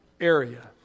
area